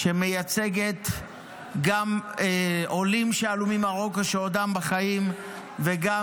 שמייצגת גם עולים שעלו ממרוקו שעודם בחיים וגם